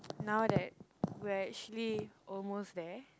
now that we're actually almost there